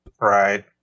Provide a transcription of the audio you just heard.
Right